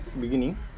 beginning